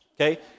Okay